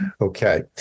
Okay